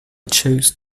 chose